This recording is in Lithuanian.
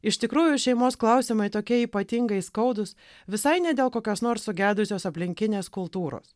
iš tikrųjų šeimos klausimai tokie ypatingai skaudus visai ne dėl kokios nors sugedusios aplinkinės kultūros